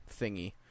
thingy